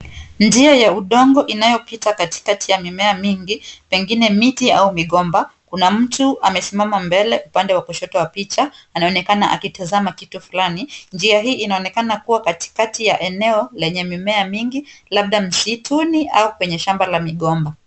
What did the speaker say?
Njia ya udongo inayopita katikati ya mimea mingi, pengine miti au migomba. Kuna mtu amesimama mbele upande wa kushoto wa picha. Anaonekana akitazama kitu fulani. Njia hii inaonekana kuwa katika eneo ya mimea mingi labda msituni au kwenye shamba la migomba.